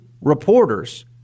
reporters